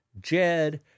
Jed